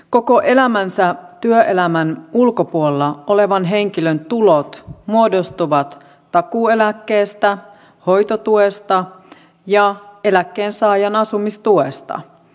koko elämänsä työelämän ulkopuolella olevan henkilön tulot muodostuvat takuueläkkeestä hoitotuesta ja eläkkeensaajan asumistuesta